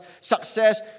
success